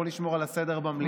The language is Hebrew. בואו נשמור על הסדר במליאה.